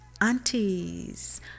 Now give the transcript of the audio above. aunties